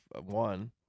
one